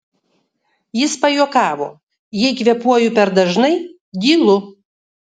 jis pajuokavo jei kvėpuoju per dažnai dylu